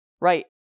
right